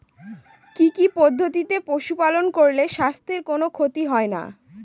কি কি পদ্ধতিতে পশু পালন করলে স্বাস্থ্যের কোন ক্ষতি হয় না?